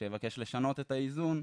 שיבקש לשנות את האיזון,